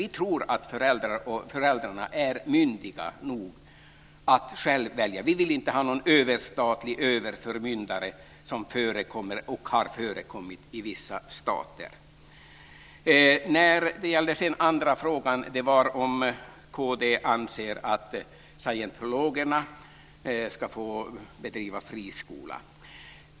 Vi tror att föräldrarna är myndiga nog att själva välja. Vi vill inte ha någon statlig överförmyndare som förekommer och har förekommit i vissa stater. Den andra frågan var om kd anser att scientologerna ska få bedriva friskola.